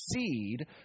seed